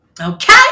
Okay